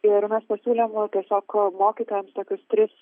ir mes pasiūlėm gal tiesiog mokytojams tokius tris